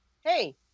Hey